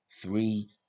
three